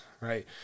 right